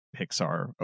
Pixar